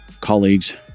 colleagues